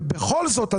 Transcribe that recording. ובכל זאת,